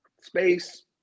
space